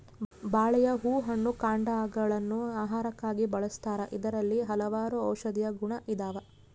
ಬಾಳೆಯ ಹೂ ಹಣ್ಣು ಕಾಂಡಗ ಳನ್ನು ಆಹಾರಕ್ಕಾಗಿ ಬಳಸ್ತಾರ ಇದರಲ್ಲಿ ಹಲವಾರು ಔಷದಿಯ ಗುಣ ಇದಾವ